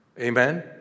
Amen